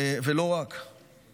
ולא רק בו.